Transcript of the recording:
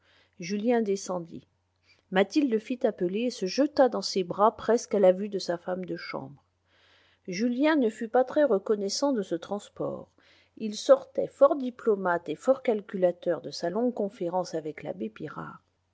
julien descendit mathilde le fit appeler et se jeta dans ses bras presque à la vue de sa femme de chambre julien ne fut pas très reconnaissant de ce transport il sortait fort diplomate et fort calculateur de sa longue conférence avec l'abbé